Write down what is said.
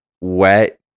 wet